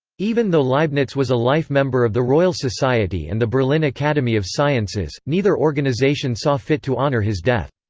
even though leibniz was a life member of the royal society and the berlin academy of sciences, neither organization saw fit to honor his death.